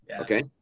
okay